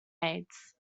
aids